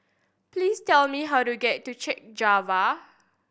please tell me how to get to Chek Jawa